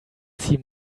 see